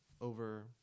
over